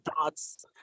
thoughts